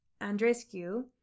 Andrescu